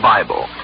Bible